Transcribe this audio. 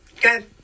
Good